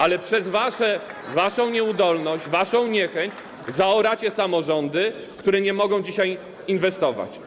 Ale przez waszą nieudolność, waszą niechęć zaoracie samorządy, które nie mogą dzisiaj inwestować.